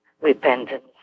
repentance